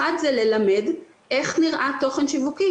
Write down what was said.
אחד, זה ללמד איך נראה תוכן שיווקי.